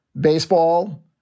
baseball